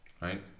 Right